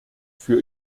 für